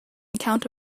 account